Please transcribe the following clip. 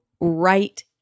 right